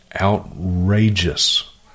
outrageous